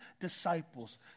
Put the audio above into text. disciples